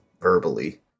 verbally